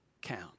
count